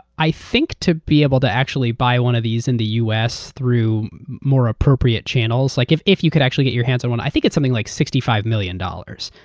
i think to be able to actually buy one of these in the us through more appropriate channels, like if if you could actually get your hands on one, i think it's like sixty five million dollars.